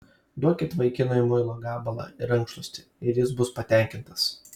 duokit vaikinui muilo gabalą ir rankšluostį ir jis bus patenkintas